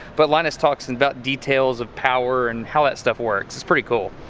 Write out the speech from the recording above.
but linus talks and about details of power and how that stuff works. it's pretty cool.